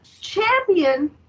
champion